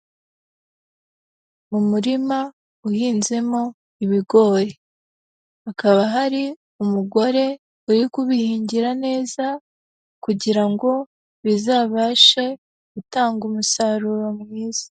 Umurima uhinzemo ibigori, hakaba hari umugore uri kubihingira neza kugira ngo bizabashe gutanga umusaruro mwiza.